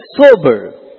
sober